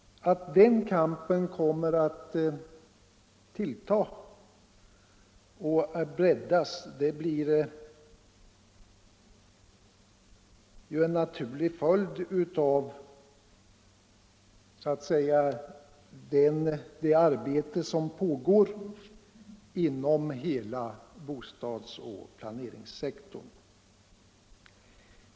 Den kampen kommer att tillta och breddas som en naturlig följd av det arbete som pågår inom hela bostadsoch planeringssektorn.